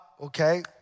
okay